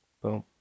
boom